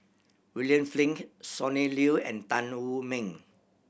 William Flint Sonny Liew and Tan Wu Meng